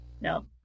no